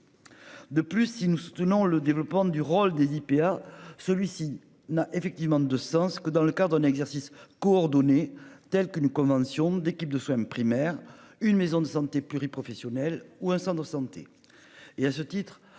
De plus si nous soutenons le développement du rôle des IPA. Celui-ci n'a effectivement de sens que dans le cas d'un exercice coordonné telle que nous commencions d'équipes de soins primaires, une maison de santé pluri-professionnel ou un centre de santé